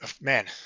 Man